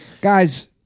Guys-